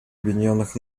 объединенных